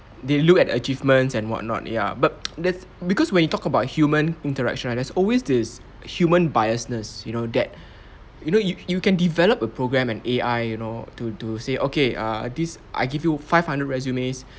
they look at achievements and what not ya but that's because when you talk about human interaction ah there's always this human biasness you know that you know you you can develop a programme and A_I you know to to say okay err this I give you five hundred resumes